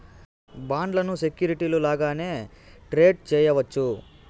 బాండ్లను సెక్యూరిటీలు లాగానే ట్రేడ్ చేయవచ్చు